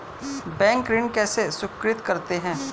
Bank ऋण कैसे स्वीकृत करते हैं?